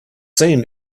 seen